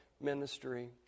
ministry